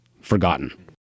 forgotten